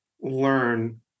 learn